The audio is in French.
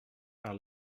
par